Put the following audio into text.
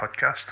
podcast